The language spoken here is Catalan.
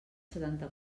setanta